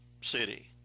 city